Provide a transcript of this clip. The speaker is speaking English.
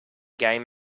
game